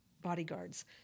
bodyguards